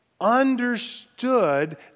understood